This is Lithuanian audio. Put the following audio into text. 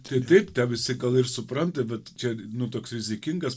tai taip visi gal ir supranta bet čia nu toks rizikingas